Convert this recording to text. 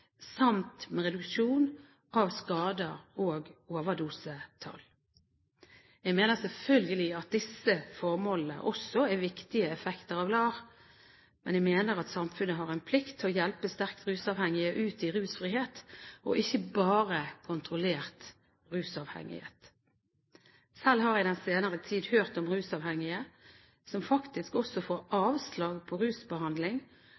reduksjon av skader og overdosetall. Jeg mener selvfølgelig at disse formålene også er viktige effekter av LAR, men jeg mener at samfunnet har en plikt til å hjelpe sterkt rusavhengige ut i rusfrihet, ikke bare i kontrollert rusavhengighet. Selv har jeg den senere tid hørt om rusavhengige som